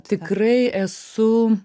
tikrai esu